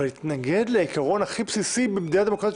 אבל להתנגד לעיקרון הכי בסיסי במדינה דמוקרטית,